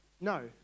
No